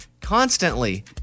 constantly